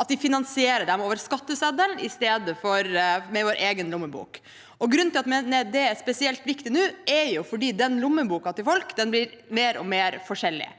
og finansiere dem over skatteseddelen i stedet for med vår egen lommebok. Grunnen til at det er spesielt viktig nå, er at lommeboka til folk blir mer og mer forskjellig.